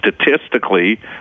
statistically